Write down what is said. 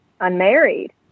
unmarried